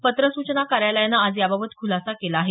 पत्र सूचना कार्यालयानं आज याबाबत खुलासा केला आहे